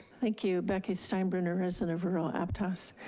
thank you, becky steinbruner, resident of rural aptos.